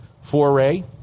foray